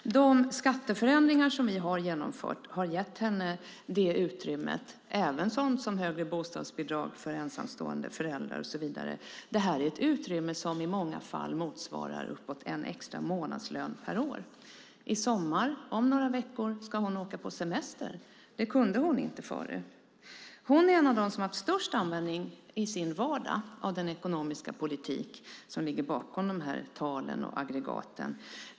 De skatteförändringar som vi har genomfört har tillsammans med högre bostadsbidrag för ensamstående föräldrar och så vidare gett mamman ett utrymme som i många fall motsvarar uppemot en extra månadslön per år. Om några veckor ska hon åka på semester; det kunde hon inte förut. Hon är en av dem som haft störst användning i sin vardag av den ekonomiska politik som ligger bakom siffrorna och aggregaten.